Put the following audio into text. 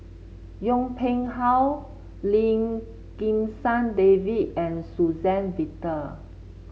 Yong Pung How Lim Kim San David and Suzann Victor